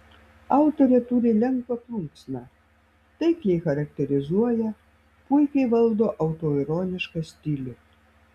autorė turi lengvą plunksną taikliai charakterizuoja puikiai valdo autoironišką stilių